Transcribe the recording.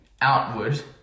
outward